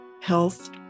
health